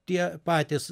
tie patys